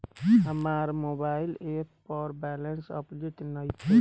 हमार mobile app पर balance update नइखे